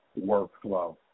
workflow